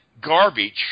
garbage